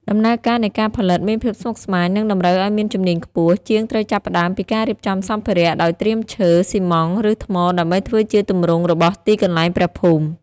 ដំណើរការនៃការផលិតមានភាពស្មុគស្មាញ និងតម្រូវឲ្យមានជំនាញខ្ពស់ ជាងត្រូវចាប់ផ្ដើមពីការរៀបចំសម្ភារៈ ដោយត្រៀមឈើ ស៊ីម៉ងត៍ ឬថ្ម ដើម្បីធ្វើជាទម្រង់របស់ទីកន្លែងព្រះភូមិ។